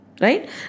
right